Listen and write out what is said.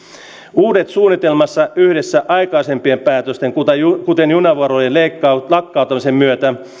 uudet suunnitelmat yhdessä aikaisempien päätösten kuten junavuorojen lakkauttamisen myötä